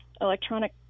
electronic